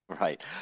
Right